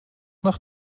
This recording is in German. nach